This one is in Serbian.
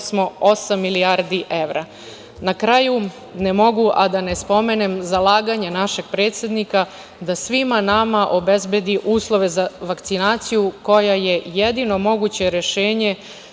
smo osam milijardi evra. Na kraju, ne mogu a da ne spomenem zalaganje našeg predsednika da svima nama obezbedi uslove za vakcinaciju, koja je jedino moguće rešenje